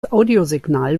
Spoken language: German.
audiosignal